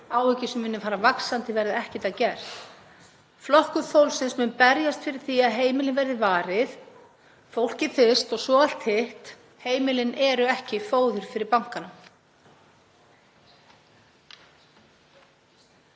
áhyggjur sem munu fara vaxandi verði ekkert að gert. Flokkur fólksins mun berjast fyrir því að heimilin verði varin. Fólkið fyrst og svo allt hitt. Heimilin eru ekki fóður fyrir bankana.